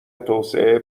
توسعه